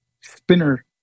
spinner